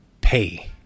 pay